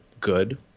good